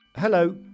Hello